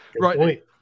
Right